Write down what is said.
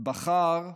בחר לייחד,